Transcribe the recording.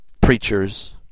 Preachers